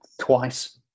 twice